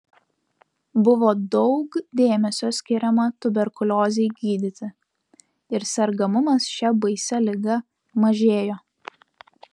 buvo daug dėmesio skiriama tuberkuliozei gydyti ir sergamumas šia baisia liga mažėjo